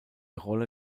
rolle